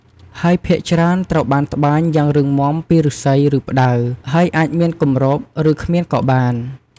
ហើយភាគច្រើនត្រូវបានត្បាញយ៉ាងរឹងមាំពីឫស្សី ឬផ្តៅ ហើយអាចមានគម្រប ឬគ្មានក៏បាន។